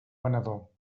venedor